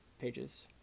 pages